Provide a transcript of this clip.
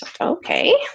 Okay